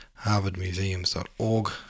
Harvardmuseums.org